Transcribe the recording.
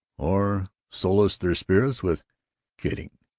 or solaced their spirits with kidding.